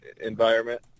environment